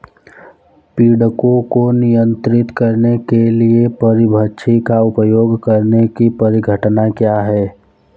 पीड़कों को नियंत्रित करने के लिए परभक्षी का उपयोग करने की परिघटना क्या है?